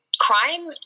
crime